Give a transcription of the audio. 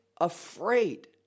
afraid